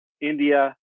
India